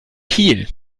kiel